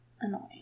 annoying